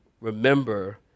remember